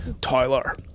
Tyler